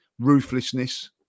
Ruthlessness